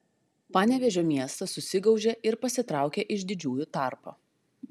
panevėžio miestas susigaužė ir pasitraukė iš didžiųjų tarpo